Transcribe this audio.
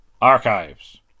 ARCHIVES